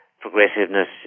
progressiveness